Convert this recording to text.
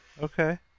okay